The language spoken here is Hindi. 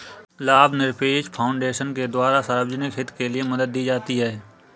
लाभनिरपेक्ष फाउन्डेशन के द्वारा सार्वजनिक हित के लिये मदद दी जाती है